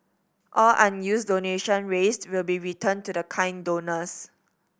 all unused donations raised will be returned to the kind donors